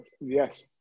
Yes